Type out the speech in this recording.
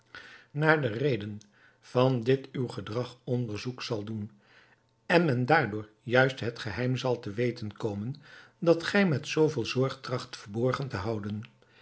naar de reden van dit uw gedrag onderzoek zal doen en men daardoor juist het geheim zal te weten komen dat gij met zoo veel zorg tracht verborgen te houden